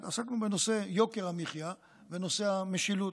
אבל עסקנו בנושא יוקר המחיה ובנושא המשילות,